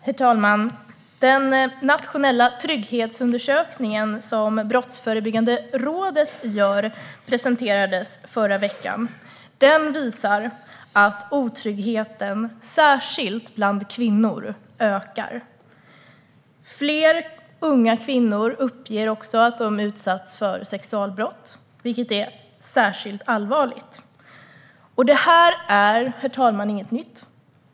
Herr talman! Den nationella trygghetsundersökning som Brottsförebyggande rådet utför presenterades i förra veckan. Den visar att otryggheten, särskilt bland kvinnor, ökar. Fler unga kvinnor uppger också att de har utsatts för sexualbrott, vilket är mycket allvarligt. Detta är inget nytt, herr talman.